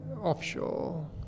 offshore